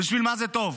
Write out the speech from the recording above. בשביל מה זה טוב?